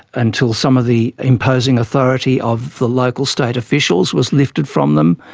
until some of the imposing authority of the local state officials was lifted from them,